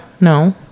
no